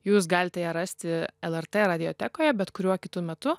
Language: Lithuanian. jūs galite ją rasti lrt radiotekoje bet kuriuo kitu metu